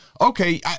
Okay